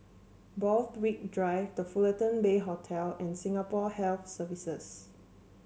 Borthwick Drive The Fullerton Bay Hotel and Singapore Health Services